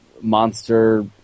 monster